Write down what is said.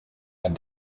and